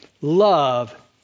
love